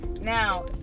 Now